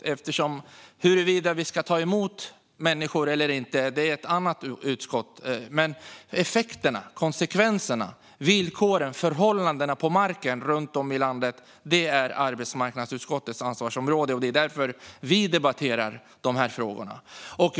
Frågan om huruvida vi ska ta emot människor eller inte behandlas av ett annat utskott. Men effekterna, konsekvenserna, villkoren och förhållandena på marken runt om i landet är arbetsmarknadsutskottets ansvarsområde. Det är därför vi debatterar de här frågorna.